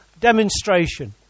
demonstration